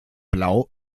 blau